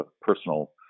personal